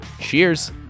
Cheers